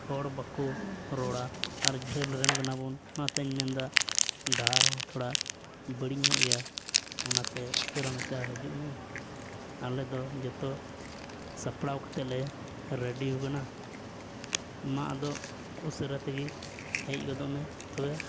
ᱦᱚᱲ ᱵᱟᱠᱚ ᱨᱚᱲᱟ ᱟᱨ ᱡᱷᱟᱹᱞ ᱨᱮᱱ ᱠᱟᱱᱟ ᱵᱚᱱ ᱚᱱᱟᱛᱤᱧ ᱢᱮᱱᱫᱟ ᱰᱟᱦᱟᱨ ᱦᱚᱸ ᱛᱷᱚᱲᱟ ᱵᱟᱹᱲᱤᱡ ᱧᱚᱜ ᱜᱮᱭᱟ ᱚᱱᱟᱛᱮ ᱩᱥᱟᱹᱨᱟ ᱢᱟᱪᱷᱟ ᱦᱤᱡᱩᱜ ᱢᱮ ᱟᱞᱮ ᱫᱚ ᱡᱚᱛᱚ ᱥᱟᱯᱲᱟᱣ ᱠᱟᱛᱮᱫ ᱞᱮ ᱨᱮᱰᱤ ᱠᱟᱱᱟ ᱢᱟ ᱟᱫᱚ ᱩᱥᱟᱹᱨᱟ ᱛᱮᱜᱮ ᱦᱮᱡ ᱜᱚᱫᱚᱜ ᱢᱮ ᱛᱚᱵᱮ